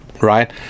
right